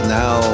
now